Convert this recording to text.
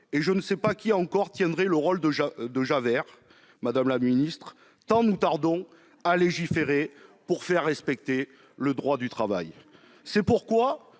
et je ne sais pas encore qui tiendrait le rôle de Javert, madame la ministre, tant nous tardons à légiférer pour faire respecter le droit du travail. C'est pourquoi